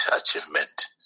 achievement